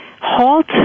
HALT